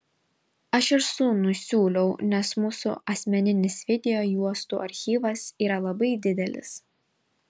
aš ir sūnui siūliau nes mūsų asmeninis video juostų archyvas yra labai didelis